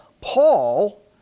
Paul